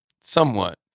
Somewhat